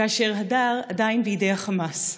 כאשר הדר עדיין בידי החמאס.